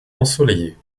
ensoleillés